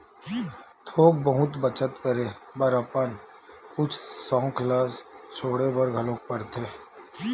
थोक बहुत बचत करे बर अपन कुछ सउख ल छोड़े बर घलोक परथे